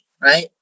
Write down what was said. right